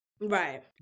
Right